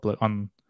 on